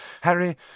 Harry